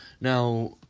Now